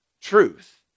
truth